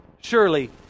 Surely